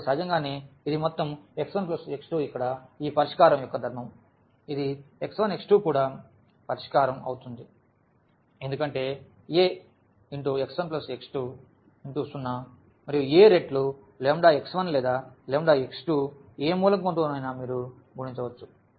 కాబట్టి సహజంగానే ఇది మొత్తం x1x2 ఇక్కడ ఈ పరిష్కారం యొక్క ధర్మము ఇది ఈ x1x2 కూడా పరిష్కారం అవుతుంది ఎందుకంటే A x1x2 0 మరియు A రెట్లు λx1 లేదా λx2 ఏ మూలకం తో నైనా మీరు గుణించవచ్చు